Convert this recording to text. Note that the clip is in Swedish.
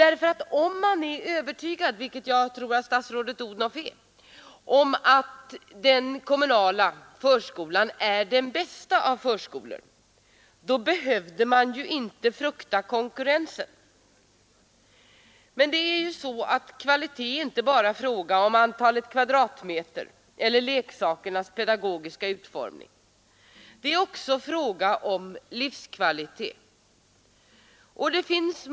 Är man övertygad — vilket jag tror att statsrådet Odhnoff är — om att den kommunala förskolan är den bästa av förskolor, då behöver man ju inte frukta konkurrensen. Kvalitet är inte bara fråga om antalet kvadratmeter eller om leksakernas pedagogiska utformning, det är också fråga om livskvalitet.